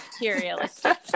materialistic